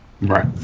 Right